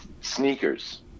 sneakers